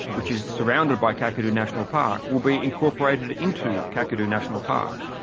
which is surrounded by kakadu national park, will be incorporated into kakadu national park.